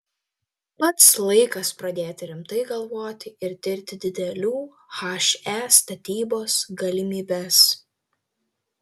pats laikas pradėti rimtai galvoti ir tirti didelių he statybos galimybes